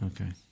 Okay